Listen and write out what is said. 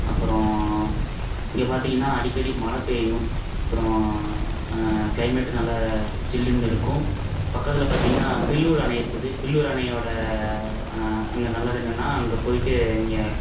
அப்பறம் இங்கே பார்த்திங்கனா அடிக்கடி மழை பெய்யும் அப்பறம் க்ளைமட் நல்லா சில்லுனு இருக்கும் பக்கத்தில் பார்த்திங்கனா பில்லூர் அணை இருக்குது பில்லூர் அணையோட அங்கே நல்லது என்னன்னா அங்கே போய்ட்டு இங்கே